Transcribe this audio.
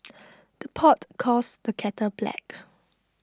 the pot calls the kettle black